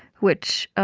which